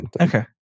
Okay